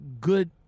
good